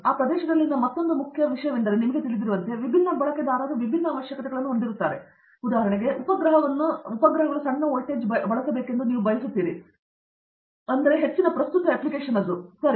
ಆ ಪ್ರದೇಶದಲ್ಲಿನ ಮತ್ತೊಂದು ಮುಖ್ಯ ವಿಷಯವೆಂದರೆ ನಿಮಗೆ ತಿಳಿದಿರುವಂತೆ ವಿಭಿನ್ನ ಬಳಕೆದಾರರು ವಿವಿಧ ಅವಶ್ಯಕತೆಗಳನ್ನು ಹೊಂದಿರುತ್ತಾರೆ ಉದಾಹರಣೆಗೆ ನಿಮ್ಮ ಉಪಗ್ರಹವನ್ನು ಸಣ್ಣ ವೋಲ್ಟೇಜ್ ಆಗಿರಬೇಕೆಂದು ನೀವು ಬಯಸುತ್ತೀರಿ ಆದರೆ ಹೆಚ್ಚಿನ ಪ್ರಸ್ತುತ ಅಪ್ಲಿಕೇಶನ್ ಸರಿ